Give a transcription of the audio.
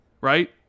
right